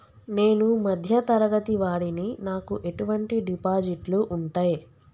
నేను మధ్య తరగతి వాడిని నాకు ఎటువంటి డిపాజిట్లు ఉంటయ్?